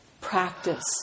practice